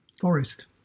Forest